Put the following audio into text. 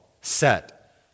set